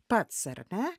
pats ar ne